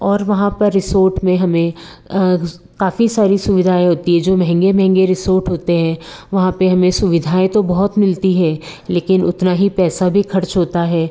और वहाँ पर रिसोर्ट में हमें काफ़ी सारी सुविधाएँ होती है जो महंगे महंगे रिसोर्ट होते हैं वहाँ पर हमें सुविधाएँ तो बहुत मिलती हैं लेकिन उतना ही पैसा भी ख़र्च होता है